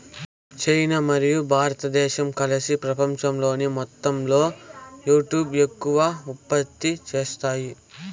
China మరియు భారతదేశం కలిసి పపంచంలోని మొత్తంలో యాభైకంటే ఎక్కువ ఉత్పత్తి చేత్తాన్నాయి